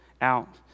out